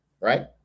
right